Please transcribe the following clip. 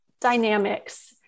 dynamics